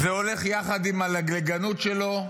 זה הולך יחד עם הלגלגנות שלו,